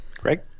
Greg